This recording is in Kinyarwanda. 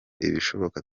ibishoboka